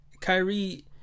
Kyrie